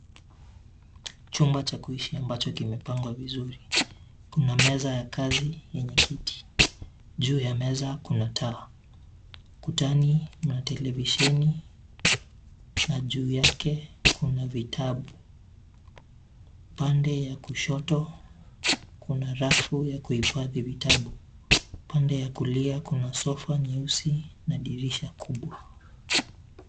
Chumba cha kuishi ambacho kimepangwa vizuri. Kuna meza ya kazi, yenye kiti. Juu ya meza kuna taa, kutani, matelevisheni na juu yake kuna vitabu. Pande ya kushoto, kuna rafu ya kuhifadhi vitabu. Pande ya kulia kuna sofa nyeusi na dirisha kubwa.